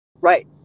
Right